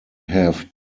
have